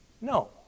No